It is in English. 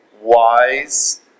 wise